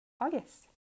August